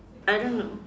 I don't know